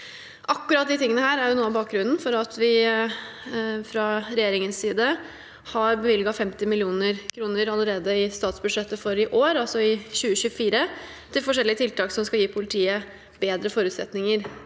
Akkurat dette er noe av bakgrunnen for at vi fra regjeringens side har bevilget 50 mill. kr allerede i statsbudsjettet for i år, altså 2024, til forskjellige tiltak som skal gi politiet bedre forutsetninger